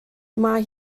mae